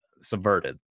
subverted